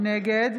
נגד